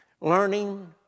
Learning